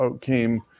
came